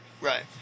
Right